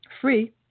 free